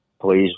please